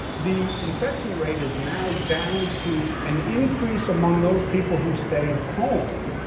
the infection rate is now down to an increase among those people who stay home,